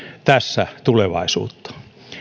tässä tulevaisuutta